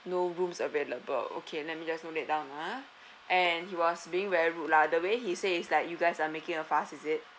no rooms available okay let me just note that down ah and he was being very rude lah the way he say is like you guys are making a fuss is it